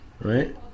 right